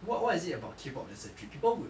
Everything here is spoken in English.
what what is it about K pop that's a dream people would